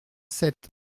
sept